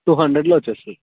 two హండ్రెడ్లో వచ్చేస్తుంది